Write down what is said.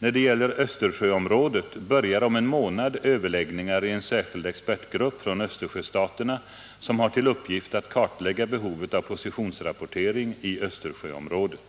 När det gäller Östersjöområdet börjar om en månad överläggningar i en särskild expertgrupp från Östersjöstaterna som har till uppgift att kartlägga behovet av positionsrapportering i Östersjöområdet.